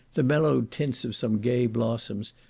the mellowed tints of some gay blossoms,